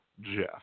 Jeff